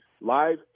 live